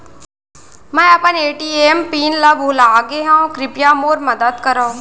मै अपन ATM PIN ला भूलागे हव, कृपया मोर मदद करव